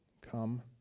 Come